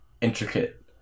intricate